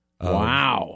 Wow